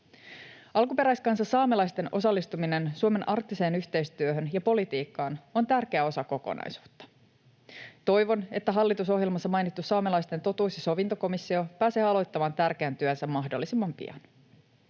Alkuperäiskansa saamelaisten osallistuminen Suomen arktiseen yhteistyöhön ja politiikkaan on tärkeä osa kokonaisuutta. Toivon, että hallitusohjelmassa mainittu saamelaisten totuus- ja sovintokomissio pääsee aloittamaan tärkeän työnsä mahdollisimman pian.